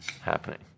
happening